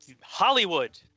Hollywood